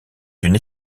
d’une